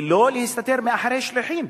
ולא להסתתר מאחורי שליחים.